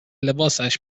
لباسش